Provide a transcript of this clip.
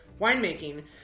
winemaking